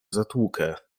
zatłukę